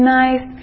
nice